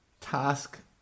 task